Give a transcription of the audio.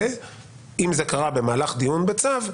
ואם זה קרה במהלך דיון בצו,